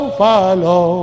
follow